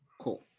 Cool